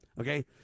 Okay